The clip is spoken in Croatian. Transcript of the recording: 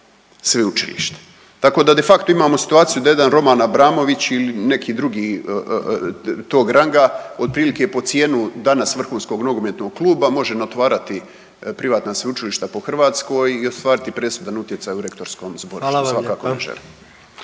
sveučilišta. Tako da de facto imamo situacija da jedan Roman Abramović ili neki drugi tog ranga otprilike, pod cijenu danas vrhunskog nogometnog kluba može otvarati privatna sveučilišta po Hrvatskoj i ostvariti presudan utjecaj u rektorskom zboru, što svakako